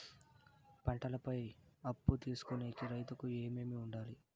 పంటల పై అప్పు తీసుకొనేకి రైతుకు ఏమేమి వుండాలి?